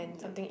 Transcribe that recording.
yup